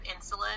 insulin